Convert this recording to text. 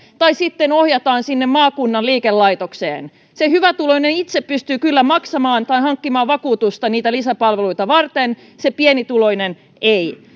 tai sitten ohjataan sinne maakunnan liikelaitokseen se hyvätuloinen pystyy kyllä itse maksamaan tai hankkimaan vakuutuksen niitä lisäpalveluita varten se pienituloinen ei